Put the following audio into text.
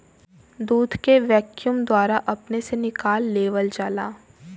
दूध के वैक्यूम द्वारा अपने से निकाल लेवल जाला